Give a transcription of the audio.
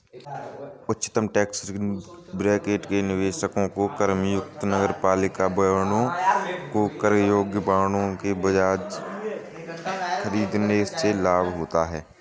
उच्चतम tax bracket में निवेशकों को करमुक्त नगरपालिका बांडों को कर योग्य बांडों के बजाय खरीदने से लाभ होता है